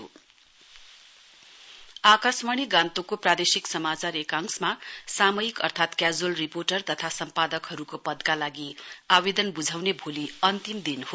casual reporter editor Akashvani गान्तोकको प्रादेशिक समाचार एकाशंमा सामयिक अर्थात क्याजुअल रिपोर्टर तथा सम्पादकहरूको पदका लागि आवेदन बुझाउने भोलि अन्तिम दिन हो